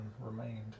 remained